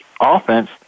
offense